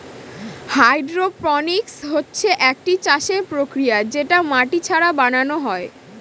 hydroponics হচ্ছে একটি চাষের প্রক্রিয়া যেটা মাটি ছাড়া বানানো হয়